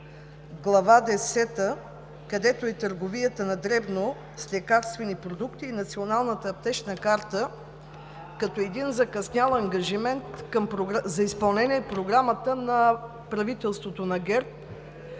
Глава десета, където е търговията на дребно с лекарствени продукти и Националната аптечна карта, като на един закъснял ангажимент за изпълнение на Програмата на правителството на ГЕРБ,